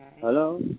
Hello